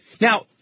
Now